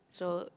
so